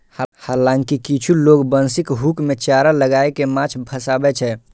हालांकि किछु लोग बंशीक हुक मे चारा लगाय कें माछ फंसाबै छै